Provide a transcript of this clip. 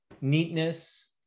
neatness